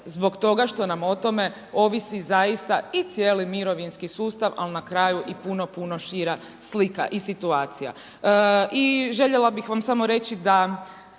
zbog toga što nam o tome ovisi zaista i cijeli mirovinski sustav ali na kraju i puno, puno šira slika i situacija. I željela bih vam samo reći da